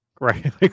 right